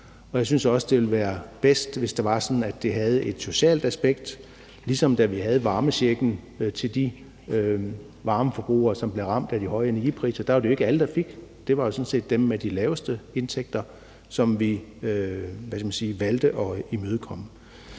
Jeg synes også, at det ville være bedst, hvis det var sådan, at det havde et socialt aspekt, ligesom da vi lavede varmechecken til de varmeforbrugere, som blev ramt af de høje energipriser. Der var det jo ikke alle, der fik – det var sådan set dem med de laveste indtægter, som vi valgte at imødekomme.